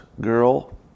girl